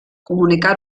comunicar